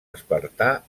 espartà